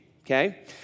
okay